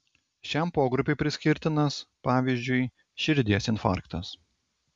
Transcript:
šiam pogrupiui priskirtinas pavyzdžiui širdies infarktas